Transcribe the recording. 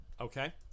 Okay